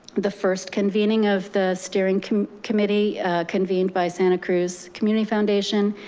the first convening of the steering committee convened by santa cruz community foundation,